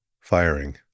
Firing